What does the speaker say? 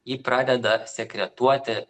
ji pradeda sekretuoti